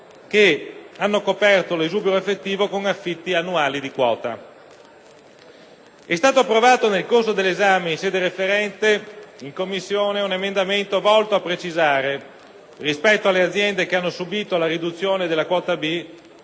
che hanno coperto l'esubero effettivo con affitti annuali di quota. È stato approvato nel corso dell'esame in sede referente in Commissione un emendamento volto a precisare, rispetto alle aziende che hanno subito la riduzione della quota B,